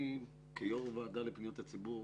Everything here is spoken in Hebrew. כיושב ראש הוועדה לפניות הציבור